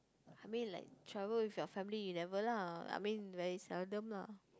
I mean like travel with your family never lah I mean that is seldom lah